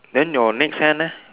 then your next hand eh